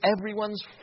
everyone's